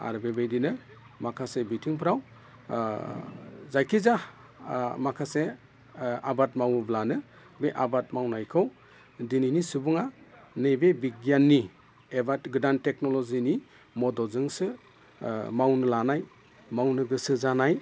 आरो बेबायदिनो माखासे बिथिंफ्राव जायखि जाया माखासे आबाद मावोब्लानो बे आबाद मावनायखौ दिनैनि सुबुङा नैबे बिगियाननि एबा गोदान टेकनलजिनि मददजोंसो मावनो लानाय मावनो गोसो जानाय